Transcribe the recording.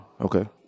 Okay